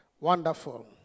Wonderful